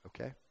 okay